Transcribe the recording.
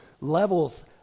levels